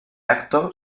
acto